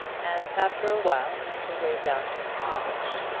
and after a while made her way down to the cottage.